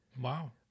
Wow